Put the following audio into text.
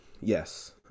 Yes